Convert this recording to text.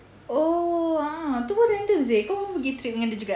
oh ah tu pun random seh kau pun pergi trip dengan dia juga